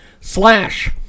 slash